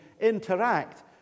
interact